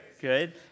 Good